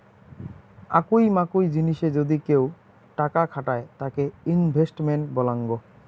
আকুই মাকুই জিনিসে যদি কেউ টাকা খাটায় তাকে ইনভেস্টমেন্ট বলাঙ্গ